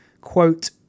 quote